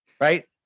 right